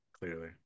Clearly